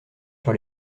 sur